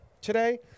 today